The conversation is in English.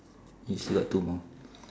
you still got two more